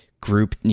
group